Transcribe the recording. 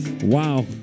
Wow